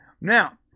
Now